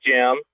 Jim